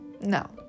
no